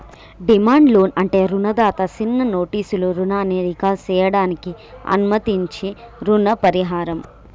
demand loan అంటే రుణదాత సిన్న నోటీసులో రుణాన్ని రీకాల్ సేయడానికి అనుమతించించీ రుణ పరిహారం